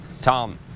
Tom